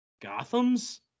Gotham's